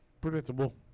Predictable